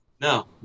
No